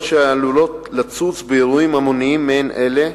שעלולות לצוץ באירועים המוניים מעין אלה,